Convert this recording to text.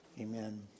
amen